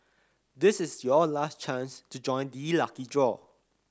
this is your last chance to join the lucky draw